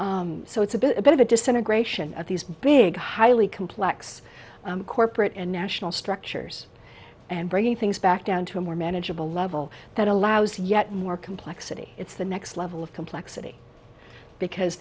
so it's a bit of a disintegration of these big highly complex corporate and national structures and bringing things back down to a more manageable level that allows yet more complexity it's the next level of complexity because